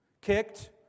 kicked